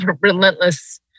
relentless